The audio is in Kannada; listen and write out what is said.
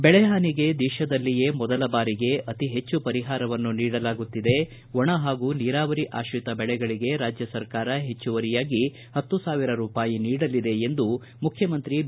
ಬೆಳೆಹಾನಿಗೆ ದೇಶದಲ್ಲಿಯೇ ಮೊದಲ ಬಾರಿಗೆ ಅತೀ ಹೆಚ್ಚು ಪರಿಹಾರವನ್ನು ನೀಡಲಾಗುತ್ತಿದೆ ಒಣ ಹಾಗೂ ನೀರಾವರಿ ಆತ್ರಿತ ಬೆಳೆಗಳಿಗೆ ರಾಜ್ಯ ಸರ್ಕಾರ ಹೆಚ್ಚುವರಿಯಾಗಿ ಹತ್ತು ಸಾವಿರ ರೂಪಾಯಿ ನೀಡಲಿದೆ ಎಂದು ಮುಖ್ಯಮಂತ್ರಿ ಬಿ